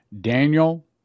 Daniel